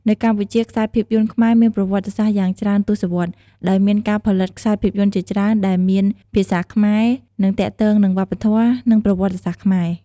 នៅកម្ពុជា ខ្សែភាពយន្តខ្មែរមានប្រវត្តិសាស្ត្រយ៉ាងច្រើនទសវត្សរ៍ ដោយមានការផលិតខ្សែភាពយន្តជាច្រើនដែលមានភាសាខ្មែរ និងទាក់ទងនឹងវប្បធម៌ និងប្រវត្តិសាស្ត្រខ្មែរ។